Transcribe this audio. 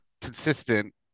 consistent